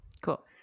Cool